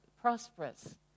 prosperous